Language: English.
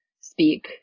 speak